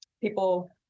people